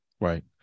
Right